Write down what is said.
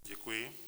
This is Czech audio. Děkuji.